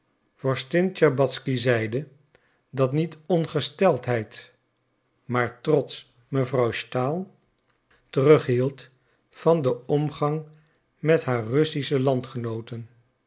vorstin tscherbatzky zeide dat niet ongesteldheid maar trots mevrouw stahl terughield van den omgang met haar russische landgenooten